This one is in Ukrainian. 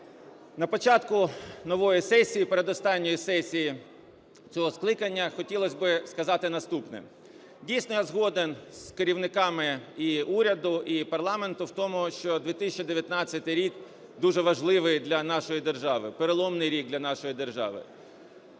На початку нової сесії, передостанньої сесії цього скликання, хотілось би сказати наступне. Дійсно, я згоден з керівниками і уряду, і парламенту в тому, що 2019 рік дуже важливий для нашої держави, переломний рік для нашої держави.